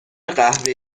قهوه